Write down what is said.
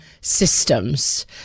systems